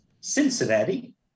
Cincinnati